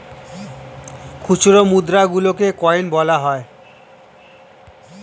খুচরো মুদ্রা গুলোকে কয়েন বলা হয়